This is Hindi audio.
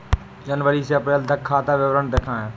जनवरी से अप्रैल तक का खाता विवरण दिखाए?